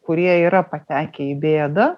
kurie yra patekę į bėdą